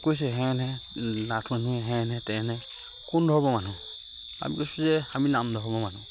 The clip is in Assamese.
কৈছে হেনহে নাথ মানুহ হেনহে তেনহে কোন ধৰ্মৰ মানুহ আমি কৈছোঁ যে আমি নাম ধৰ্মৰ মানুহ